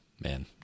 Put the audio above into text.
Man